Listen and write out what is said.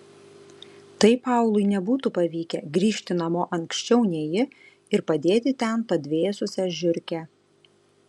tai paului nebūtų pavykę grįžti namo anksčiau nei ji ir padėti ten padvėsusią žiurkę